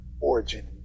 origin